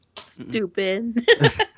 Stupid